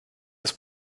das